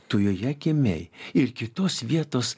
tu joje gimei ir kitos vietos